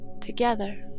together